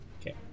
Okay